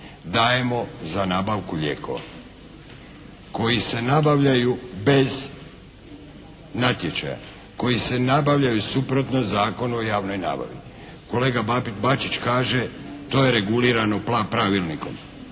dajemo za nabavku lijekova koji se nabavljaju bez natječaja, koji se nabavljaju suprotno Zakonu o javnoj nabavi. Kolega Bačić kaže to je regulirano pravilnikom.